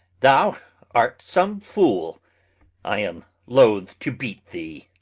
thou art some fool i am loath to beat thee.